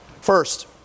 First